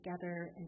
together